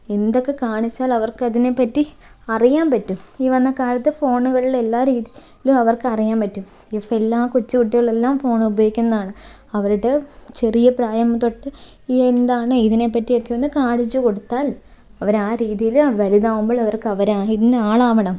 എന്തൊക്കെ കാണിച്ചാൽ അവർക്ക് അതിനെ പറ്റി അറിയാൻ പറ്റും ഈ വന്ന കാലത്ത് ഫോണുകളിൽ എല്ലാ രീതിയിലും അവർക്ക് അറിയാൻ പറ്റും ഇപ്പോൾ എല്ലാ കൊച്ചുകുട്ടികളും എല്ലാം ഫോൺ ഉപയോഗിക്കുന്നതാണ് അവരുടെ ചെറിയ പ്രായം തൊട്ട് എന്താണ് ഇതിനെപ്പറ്റി ഒക്കെ ഒന്ന് കാണിച്ചു കൊടുത്താൽ അവർ ആ രീതിയിൽ വലുതാവുമ്പോൾ അവർക്ക് അവർ ഇന്ന ആളാവണം